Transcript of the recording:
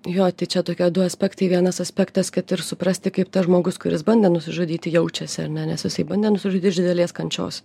jo čia tokie du aspektai vienas aspektas kad ir suprasti kaip tas žmogus kuris bandė nusižudyti jaučiasi ar ne nes jisai bandė nusižudyt iš didelės kančios